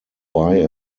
buy